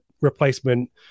replacement